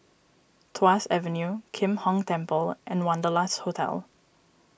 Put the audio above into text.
Tuas Avenue Kim Hong Temple and Wanderlust Hotel